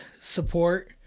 support